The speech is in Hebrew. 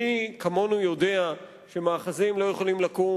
מי כמונו יודע שמאחזים לא יכולים לקום